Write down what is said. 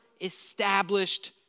established